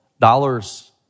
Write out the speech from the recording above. dollars